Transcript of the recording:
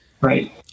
Right